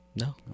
No